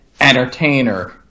entertainer